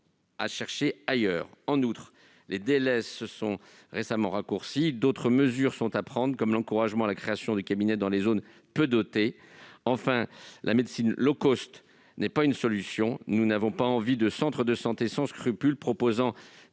à rechercher ailleurs. En outre, les délais se sont récemment raccourcis. D'autres mesures sont à prendre, comme l'encouragement à la création de cabinets dans les zones peu dotées. Enfin, la médecine n'est pas une solution. Nous n'avons pas envie de centres de santé sans scrupules proposant